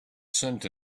cent